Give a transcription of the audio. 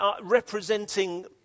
representing